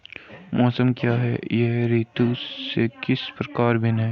मौसम क्या है यह ऋतु से किस प्रकार भिन्न है?